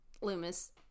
Loomis